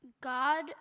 God